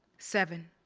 seven